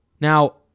Now